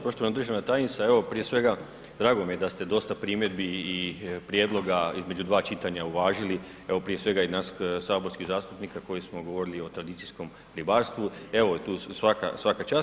Poštovana državna tajnice, evo, prije svega, drago mi je da ste dosta primjedbi i prijedloga između dva čitanja uvažili, evo prije svega i nas saborskih zastupnika koji smo govorili i o tradicijskom ribarstvu evo tu svaka čast.